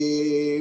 סליחה,